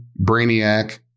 Brainiac